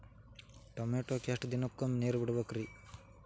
ಟಮೋಟಾಕ ಎಷ್ಟು ದಿನಕ್ಕೊಮ್ಮೆ ನೇರ ಬಿಡಬೇಕ್ರೇ?